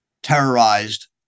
terrorized